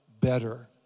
better